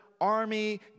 army